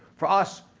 for us,